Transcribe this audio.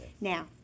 Now